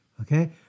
Okay